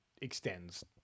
extends